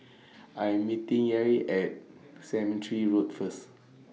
I Am meeting Yair At War Cemetery Road First